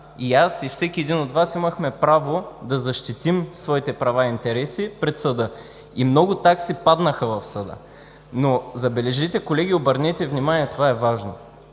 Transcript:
и аз, и всеки един от Вас, имахме право да защитим своите права и интереси пред съда. И много такси паднаха в съда. Но, забележете, колеги, обърнете внимание, това е важно: